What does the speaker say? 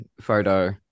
photo